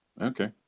Okay